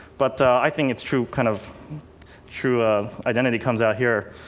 but i think its true kind of true identity comes out here.